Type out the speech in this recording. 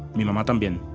mi mama tambien.